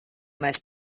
mēs